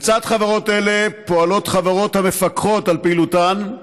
בצד חברות אלה פועלות חברות המפקחות על פעילותן,